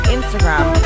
Instagram